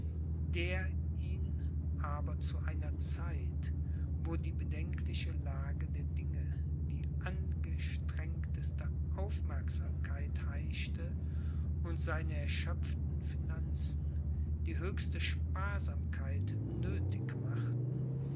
der ihn aber zu einer zeit wo die bedenkliche lage der dinge die angestrengteste aufmerksamkeit heischte und seine erschöpften finanzen die höchste sparsamkeit nöthig machten